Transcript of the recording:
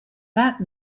that